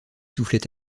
soufflait